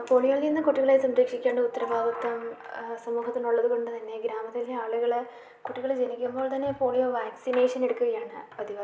പോളിയോയിൽനിന്ന് കുട്ടികളെ സംരക്ഷിക്കേണ്ട ഉത്തരവാദിത്തം സമൂഹത്തിനുള്ളത് കൊണ്ട് തന്നെ ഗ്രാമത്തിലെ ആളുകളെ കുട്ടികൾ ജനിക്കുമ്പോൾ തന്നെ പോളിയോ വാക്സിനേഷൻ എടുക്കുകയാണ് പതിവ്